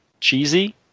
cheesy